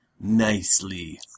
nicely